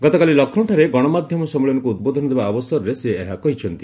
ଗତକାଲି ଲକ୍ଷ୍ରୌଠାରେ ଗଣମାଧ୍ୟମ ସମ୍ମିଳନୀକୁ ଉଦ୍ବୋଧନ ଦେବା ଅବସରରେ ଏହା କହିଛନ୍ତି